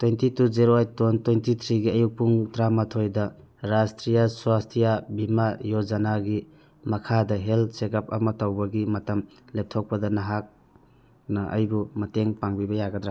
twenty two zero eight two thousand twenty ꯊ꯭ꯔꯤꯒꯤ ꯑꯌꯨꯛ ꯄꯨꯡ ꯇꯔꯥꯃꯥꯊꯣꯏꯗ ꯔꯥꯁꯇ꯭ꯔꯤꯌꯥ ꯁ꯭ꯋꯥꯁꯊꯤꯌꯥ ꯕꯤꯃꯥ ꯌꯣꯖꯅꯥꯒꯤ ꯃꯈꯥꯗ ꯍꯦꯜ ꯆꯦꯛꯑꯞ ꯑꯃ ꯇꯧꯕꯒꯤ ꯃꯇꯝ ꯂꯦꯞꯊꯣꯛꯄꯗ ꯅꯍꯥꯛꯅ ꯑꯩꯕꯨ ꯃꯇꯦꯡ ꯄꯥꯡꯕꯤꯕ ꯌꯥꯒꯗ꯭ꯔ